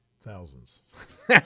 Thousands